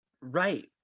Right